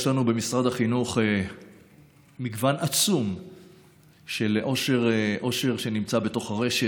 יש לנו במשרד החינוך מגוון עצום של עושר שנמצא בתוך הרשת,